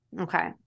Okay